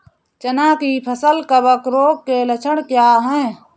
चना की फसल कवक रोग के लक्षण क्या है?